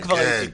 אם